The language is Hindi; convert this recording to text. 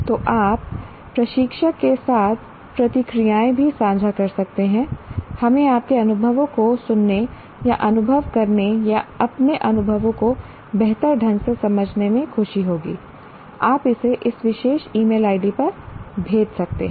तो आप प्रशिक्षक के साथ प्रतिक्रियाएं भी साझा कर सकते हैं हमें आपके अनुभवों को सुनने या अनुभव करने या अपने अनुभवों को बेहतर ढंग से समझने में खुशी होगी आप इसे इस विशेष ईमेल आईडी पर भेज सकते हैं